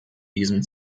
diesem